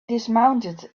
dismounted